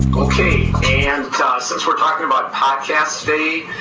ok, and since we're talking about podcasts today,